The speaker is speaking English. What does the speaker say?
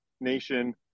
nation